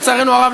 לצערנו הרב,